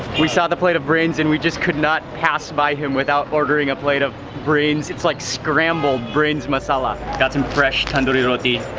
we saw the plate of brains and we just could not pass by him without ordering a plate of brains, it's like scrambled brains masala. got some fresh tandoori roti.